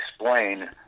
explain